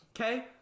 okay